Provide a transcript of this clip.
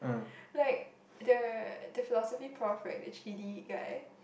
like the the philosophy prof right the three D guy